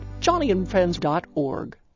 johnnyandfriends.org